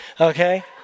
okay